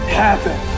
happen